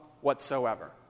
whatsoever